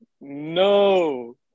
No